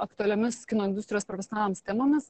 aktualiomis kino industrijos profesionalams temomis